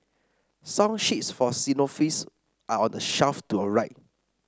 song sheets for xylophones are on the shelf to your right